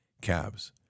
calves